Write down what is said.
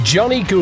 Johnny